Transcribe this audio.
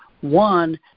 one